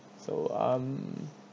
so um